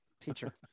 teacher